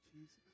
Jesus